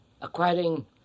acquiring